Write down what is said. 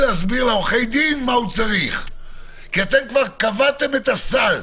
להסביר לעורכי דין מה הוא צריך כי אתם כבר קבעתם את הסל.